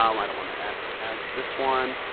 um i don't want to add ads to this one.